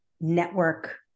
network